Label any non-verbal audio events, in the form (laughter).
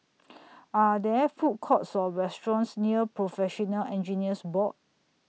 (noise) Are There Food Courts Or restaurants near Professional Engineers Board